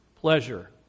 pleasure